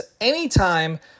anytime